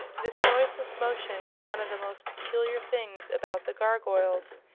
this noiseless motion was one of the most peculiar things about the gargoyles.